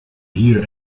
hear